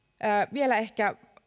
vielä ehkä